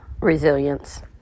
resilience